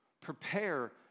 prepare